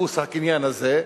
בדפוס הקניין הזה.